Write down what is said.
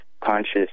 conscious